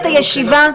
הישיבה.